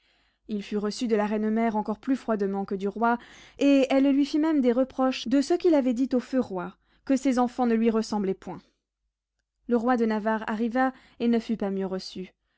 il fut reçu de la reine mère encore plus froidement que du roi et elle lui fit même des reproches de ce qu'il avait dit au feu roi que ses enfants ne lui ressemblaient point le roi de navarre arriva et ne fut pas mieux reçu